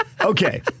Okay